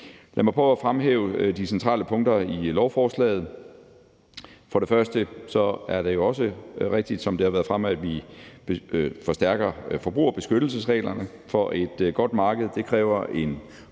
Lad mig prøve at fremhæve de centrale punkter i lovforslaget. Først og fremmest er det jo også rigtigt, som det har været fremme, at vi forstærker forbrugerbeskyttelsesreglerne, for et godt marked kræver en